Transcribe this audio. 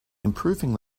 improving